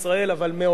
אבל מעולם